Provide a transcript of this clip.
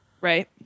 Right